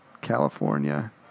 California